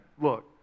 look